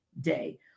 day